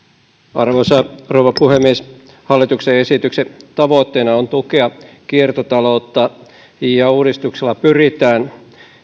arvoisa rouva puhemies hallituksen esityksen tavoitteena on tukea kiertotaloutta ja uudistuksella pyritään